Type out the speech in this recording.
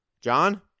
John